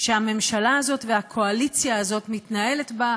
שהממשלה הזאת והקואליציה הזאת מתנהלות בה,